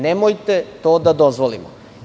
Nemojte to da dozvolimo.